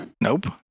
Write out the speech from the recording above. Nope